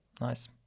Nice